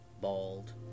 bald